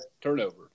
turnover